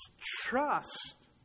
trust